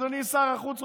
אדוני שר החוץ,